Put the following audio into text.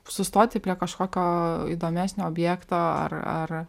sustoti prie kažkokio įdomesnio objekto ar ar